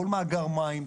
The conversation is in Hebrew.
כל מאגר מים,